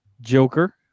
Joker